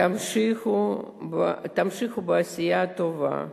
תמשיכו בעשייה הטובה.